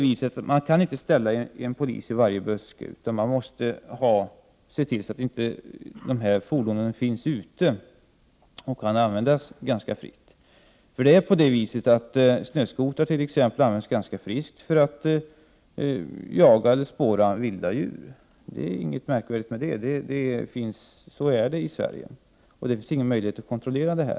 Man kan ju inte ställa en polis i varje buske, utan man måste se till att fordonen inte finns ute och kan användas fritt. Exempelvis snöskotrar används ganska friskt för att jaga eller spåra vilda djur. Det är inget märkvärdigt med det. Så är det i Sverige. Det finns ingen möjlighet att kontrollera detta.